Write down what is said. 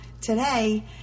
today